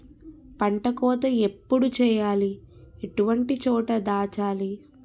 పంట కోత ఎప్పుడు చేయాలి? ఎటువంటి చోట దాచాలి?